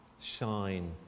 shine